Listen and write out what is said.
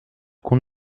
qu’on